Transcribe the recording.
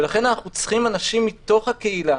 ולכן אנחנו צריכים אנשים מתוך הקהילה